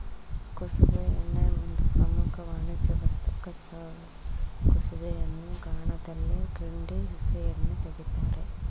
ಕುಸುಬೆ ಎಣ್ಣೆ ಒಂದು ಪ್ರಮುಖ ವಾಣಿಜ್ಯವಸ್ತು ಕಚ್ಚಾ ಕುಸುಬೆಯನ್ನು ಗಾಣದಲ್ಲಿ ಹಿಂಡಿ ಹಸಿ ಎಣ್ಣೆ ತೆಗಿತಾರೆ